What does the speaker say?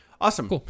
awesome